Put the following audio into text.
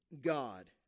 God